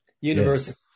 University